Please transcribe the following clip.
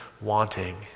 wanting